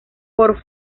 por